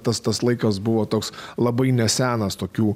tas tas laikas buvo toks labai nesenas tokių